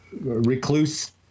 recluse